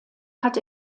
hat